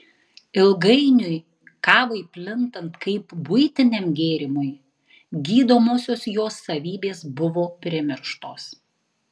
ilgainiui kavai plintant kaip buitiniam gėrimui gydomosios jos savybės buvo primirštos